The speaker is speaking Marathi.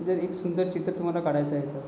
जर एक सुंदर चित्र तुम्हाला काढायचं आहे तर